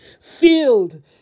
Filled